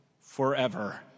forever